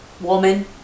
Woman